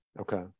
Okay